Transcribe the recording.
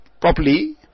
Properly